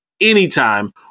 anytime